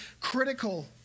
critical